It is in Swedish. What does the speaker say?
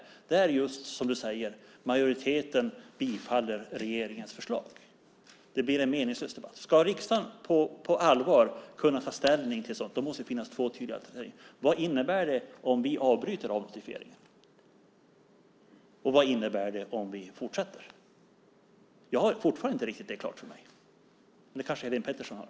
Det är just detta, som du säger, att majoriteten bifaller regeringens förslag. Det blir en meningslös debatt. Ska riksdagen på allvar kunna ta ställning till sådant måste det finnas två tydliga alternativ. Vad innebär det om vi avbryter avnotifieringen, och vad innebär det om vi fortsätter? Jag har det fortfarande inte riktigt klart för mig, men det kanske Helene Petersson har.